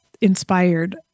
inspired